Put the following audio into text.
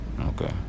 Okay